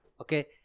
okay